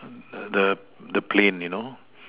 the the plane you know